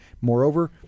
Moreover